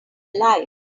alive